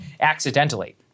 accidentally